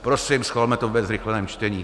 Prosím, schvalme to ve zrychleném čtení.